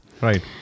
right